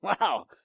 Wow